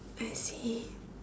I see